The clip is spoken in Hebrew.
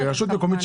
כי רשות מקומית,